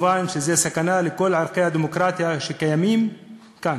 מובן שזו סכנה לכל ערכי הדמוקרטיה שקיימים כאן.